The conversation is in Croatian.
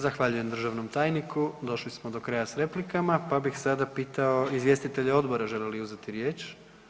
Zahvaljujem državnom tajniku, došli smo do kraja s replikama pa bih sada pitao izvjestitelje odbora žele li uzeti riječ?